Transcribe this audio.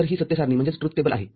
तर ही सत्य सारणी आहे